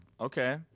okay